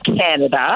Canada